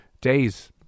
days